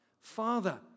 Father